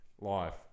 life